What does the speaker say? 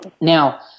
Now